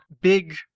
big